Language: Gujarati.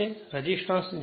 તે રેસિસ્ટન્સ 0